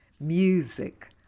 music